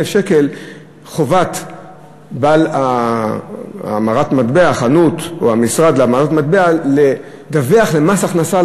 שקל חובת בעל המשרד להמרת מטבע לדווח למס הכנסה.